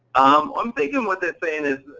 um i'm thinking what they're saying is,